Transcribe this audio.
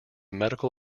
medical